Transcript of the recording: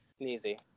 easy